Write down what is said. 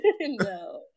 No